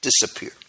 disappear